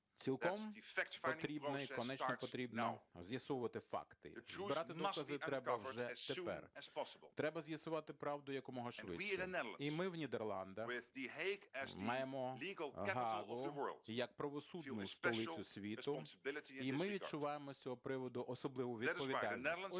цілком потрібно і конче потрібно з'ясовувати факти, збирати докази треба вже тепер, треба з'ясувати правду якомога швидше. І ми в Нідерландах маємо Гаагу як правосудну столицю світу, і ми відчуваємо з цього приводу особливу відповідальність.